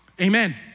Amen